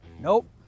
Nope